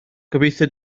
gobeithio